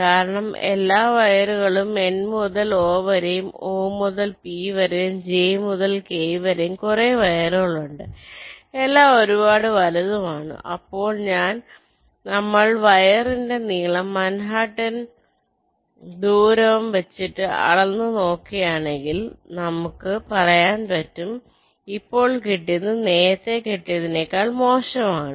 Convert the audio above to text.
കാരണം എല്ലാ വയറുകളും N മുതൽ O വരെയുംO മുതൽ P വരെയുംJ മുതൽ K വരെയും കുറെ വയറുകൾ ഉണ്ട് എല്ലാം ഒരുപാട് വലുതുമാണ് അപ്പോൾ നമ്മൾ വയറിൻറെനീളം മൻഹാട്ടൻ ദൂരം വച്ചിട്ട് അളവ് നോക്കുകയാണെങ്കിൽ എങ്കിൽ നമുക്ക് അറിയാൻ പറ്റും ഇപ്പോൾ കിട്ടിയത് നേരത്തെ കിട്ടിയതിനേക്കാൾ മോശമാണ് ആണ്